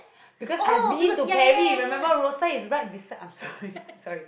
because I've been to Perry remember Rosyth is right beside I'm sorry I'm sorry